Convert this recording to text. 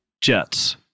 Jets